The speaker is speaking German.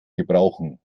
gebrauchen